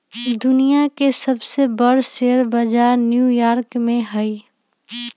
दुनिया के सबसे बर शेयर बजार न्यू यॉर्क में हई